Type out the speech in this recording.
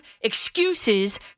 excuses